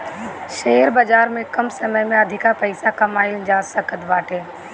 share बाजार में कम समय में अधिका पईसा कमाईल जा सकत बाटे